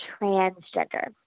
transgender